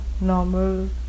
normal